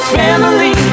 family